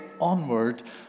onward